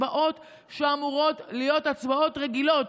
הצבעות שאמורות להיות הצבעות רגילות,